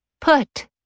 put